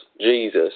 Jesus